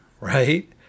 right